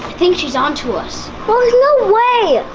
think she's on to us! well, there's no way!